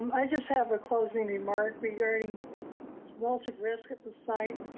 um i just have a closing remark regarding molted risk at the site.